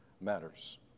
matters